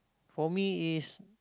for me is